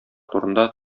турында